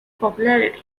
popularity